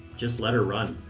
just let her run.